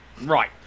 right